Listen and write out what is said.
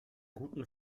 guten